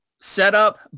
setup